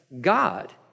God